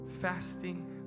fasting